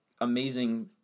amazing